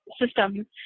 system